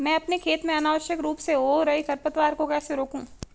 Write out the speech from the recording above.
मैं अपने खेत में अनावश्यक रूप से हो रहे खरपतवार को कैसे रोकूं?